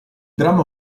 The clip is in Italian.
dramma